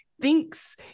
thinks